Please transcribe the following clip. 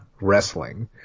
wrestling